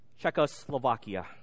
Czechoslovakia